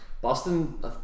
Boston